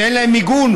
שאין להם מיגון.